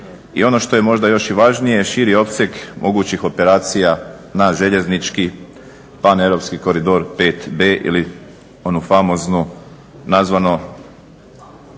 i ono što je možda i važnije širi opseg mogućih operacija na željeznički paneuropski koridor 5B ili onu famoznu nazvanu